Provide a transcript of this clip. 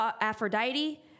Aphrodite